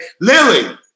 Lily